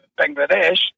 Bangladesh